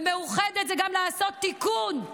"מאוחדת" זה גם לעשות תיקון,